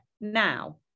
Now